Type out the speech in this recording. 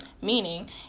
meaning